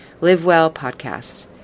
livewellpodcast